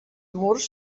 murs